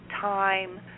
time